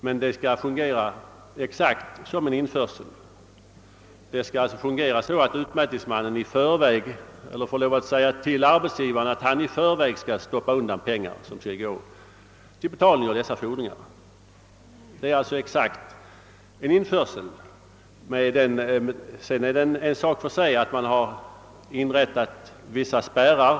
Men det hela skall fungera exakt som införsel; utmätningsmannen skall anmoda arbetsgivaren att i förväg lägga undan de pengar som skall användas för betalning av en fordran. En sak för sig är att det införs vissa spärrar.